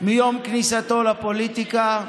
מיום כניסתו לפוליטיקה,